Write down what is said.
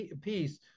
piece